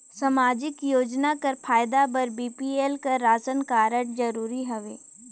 समाजिक योजना कर फायदा बर बी.पी.एल कर राशन कारड जरूरी हवे?